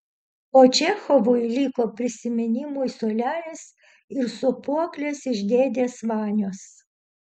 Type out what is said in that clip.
o čechovui liko prisiminimui suolelis ir sūpuoklės iš dėdės vanios